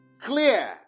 clear